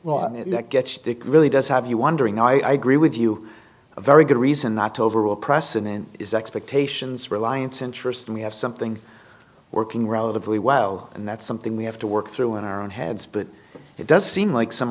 that really does have you wondering i gree with you a very good reason not to overrule precedent is expectations reliance interest we have something working relatively well and that's something we have to work through in our own heads but it does seem like some